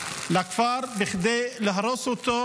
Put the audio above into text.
לכפר כדי להרוס אותו.